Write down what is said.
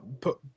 put